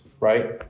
Right